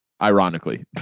ironically